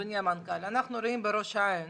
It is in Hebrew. אדוני המנכ"ל, אנחנו רואים בראש העין,